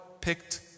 picked